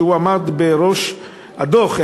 שעמד בראש מחברי הדוח,